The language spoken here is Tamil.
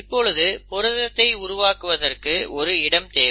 இப்பொழுது புரதத்தை உருவாக்குவதற்கு ஒரு இடம் தேவை